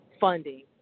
funding